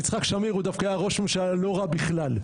יצחק שמיר דווקא היה ראש ממשלה לא רע בכלל.